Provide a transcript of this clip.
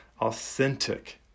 authentic